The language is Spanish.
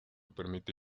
permite